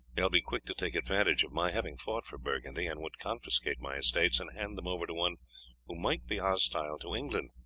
they will be quick to take advantage of my having fought for burgundy, and would confiscate my estates and hand them over to one who might be hostile to england,